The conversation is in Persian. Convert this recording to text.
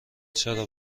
چرا